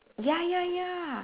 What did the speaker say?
ya ya ya